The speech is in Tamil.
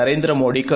நரேந்திர மோடிக்கு